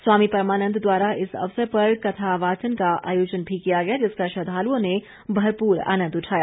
स्वामी परमानंद द्वारा इस अवसर पर कथावाचन का आयोजन भी किया गया जिसका श्रद्वालुओं ने भरपूर आनंद उठाया